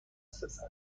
دسترس